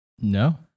No